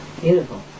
Beautiful